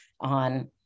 on